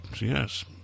Yes